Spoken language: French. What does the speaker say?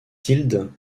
tilde